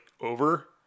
over